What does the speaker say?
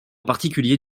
particulier